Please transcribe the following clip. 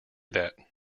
that